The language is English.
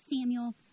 Samuel